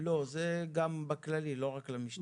לא, זה גם בכללי, לא רק למשטרה.